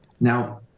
Now